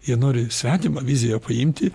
jie nori svetimą viziją paimti